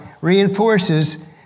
reinforces